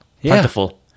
plentiful